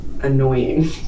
annoying